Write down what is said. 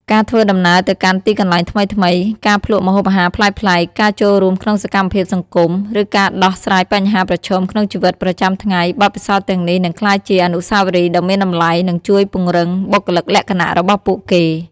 ការធ្វើដំណើរទៅកាន់ទីកន្លែងថ្មីៗ ការភ្លក់ម្ហូបអាហារប្លែកៗ ការចូលរួមក្នុងសកម្មភាពសង្គម ឬការដោះស្រាយបញ្ហាប្រឈមក្នុងជីវិតប្រចាំថ្ងៃ បទពិសោធន៍ទាំងនេះនឹងក្លាយជាអនុស្សាវរីយ៍ដ៏មានតម្លៃ និងជួយពង្រឹងបុគ្គលិកលក្ខណៈរបស់ពួកគេ។